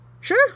sure